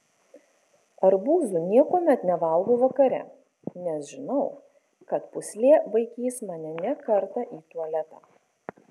arbūzų niekuomet nevalgau vakare nes žinau kad pūslė vaikys mane ne kartą į tualetą